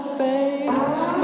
face